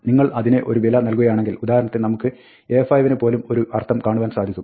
നിങ്ങൾ അതിന് ഒരു വില നൽകുകയാണെങ്കിൽ ഉദാഹരണത്തിന് നമുക്ക് "A5" ന് പോലും ഒരു അർത്ഥം കാണുവാൻ സാധിക്കും